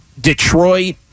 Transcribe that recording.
Detroit